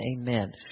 amen